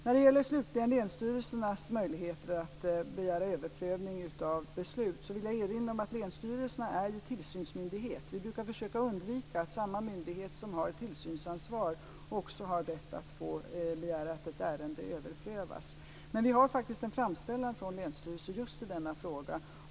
När det slutligen gäller länsstyrelsernas möjligheter att begära överprövning av beslut vill jag erinra om att länsstyrelsen är tilsynsmyndighet. Vi brukar försöka undvika att samma myndighet som har tillsynsansvar också har rätt att begära att ett ärende överprövas. Vi har faktiskt en framställan från länsstyrelser just i denna fråga.